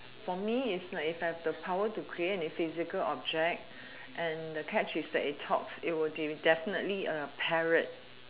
for me it's like if I have the power to create any physical object and the catch is that it talks it will be definitely a parrot